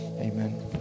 Amen